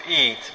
eat